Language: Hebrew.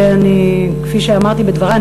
כפי שאמרתי בדברי,